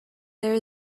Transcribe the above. there